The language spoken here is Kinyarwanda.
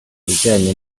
bijanye